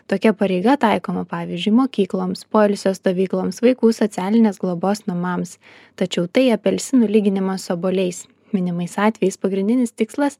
tokia pareiga taikoma pavyzdžiui mokykloms poilsio stovykloms vaikų socialinės globos namams tačiau tai apelsinų lyginimas su obuoliais minimais atvejais pagrindinis tikslas